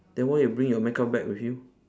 then why you bring your makeup bag with you